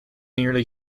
nearly